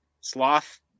Sloth